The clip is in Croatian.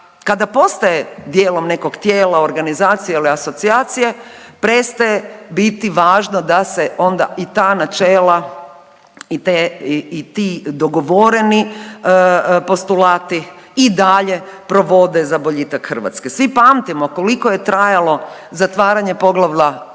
kada postaje dijelom nekog tijela, organizacije ili asocijacije prestaje biti važno da se onda i ta načela i te i ti dogovoreni postulati i dalje provode za boljitak Hrvatske. Svi pamtimo koliko je trajalo zatvaranje poglavlja pravosuđa